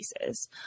pieces